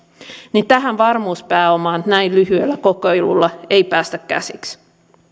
tähän varmuuspääomaan näin lyhyellä kokeilulla ei päästä käsiksi